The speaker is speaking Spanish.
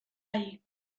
ahí